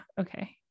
Okay